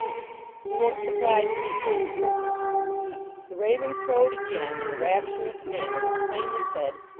he won't surprise me till he's perfect the raven crowed again in a rapturous manner which plainly said,